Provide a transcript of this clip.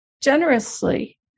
generously